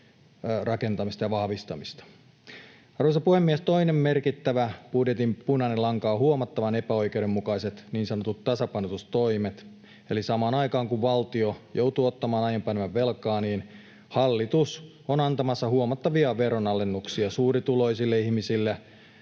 rakentamista ja vahvistamista. Arvoisa puhemies! Toinen merkittävä budjetin punainen lanka on huomattavan epäoikeudenmukaiset niin sanotut tasapainotustoimet. Eli samaan aikaan kun valtio joutuu ottamaan aiempaa enemmän velkaa, hallitus on antamassa huomattavia veronalennuksia suurituloisille ihmisille